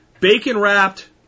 bacon-wrapped